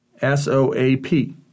S-O-A-P